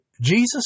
Jesus